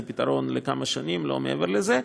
זה פתרון לכמה שנים ולא מעבר לזה.